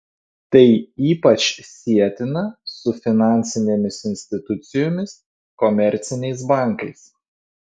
tai ypač sietina su finansinėmis institucijomis komerciniais bankais